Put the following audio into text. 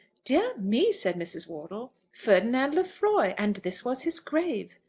dear me! said mrs. wortle. ferdinand lefroy! and this was his grave?